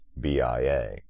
BIA